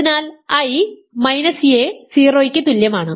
അതിനാൽ i a 0 യ്ക്ക് തുല്യമാണ്